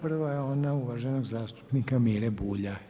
Prva je ona uvaženog zastupnika Mire Bulja.